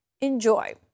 Enjoy